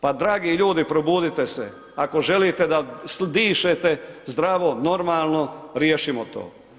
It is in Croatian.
Pa dragi ljudi, probudite se ako želite da dišete zdravo, normalno, riješimo to.